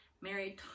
married